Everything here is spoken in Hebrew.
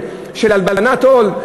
של הלבנת הון?